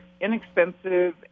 inexpensive